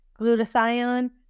glutathione